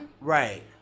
Right